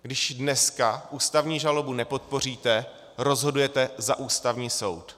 Když dneska ústavní žalobu nepodpoříte, rozhodujete za Ústavní soud.